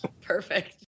perfect